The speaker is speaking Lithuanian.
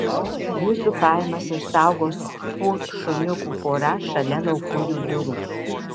jūsų pajamas išsaugos fu šuniukų pora šalia laukujų durų